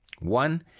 One